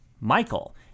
Michael